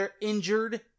injured